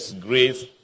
Grace